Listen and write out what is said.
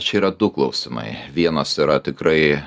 čia yra du klausimai vienas yra tikrai